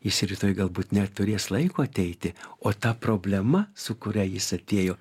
jis rytoj galbūt neturės laiko ateiti o ta problema su kuria jis atėjo